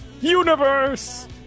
Universe